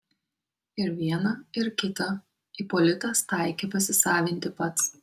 ir vieną ir kitą ipolitas taikė pasisavinti pats